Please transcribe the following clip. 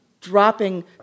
dropping